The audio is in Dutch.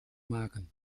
maken